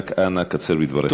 רק אנא, קצר בדבריך.